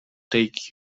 take